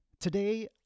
Today